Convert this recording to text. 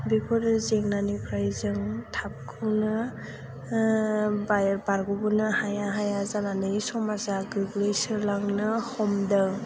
बेफोरो जेंनानिफ्राय जों थाबखौनो बारग'बोनो हाया हाया जानानै समाजआ गोग्लैसोलांनो हमदों